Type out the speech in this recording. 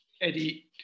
Eddie